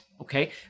Okay